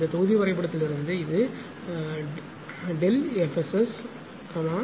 இந்த தொகுதி வரைபடத்திலிருந்து இது FSS Kp என்று எழுதலாம்